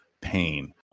pain